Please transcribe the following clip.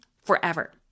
forever